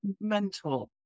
mentor